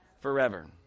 forever